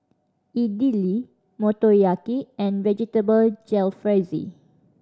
Idili Motoyaki and Vegetable Jalfrezi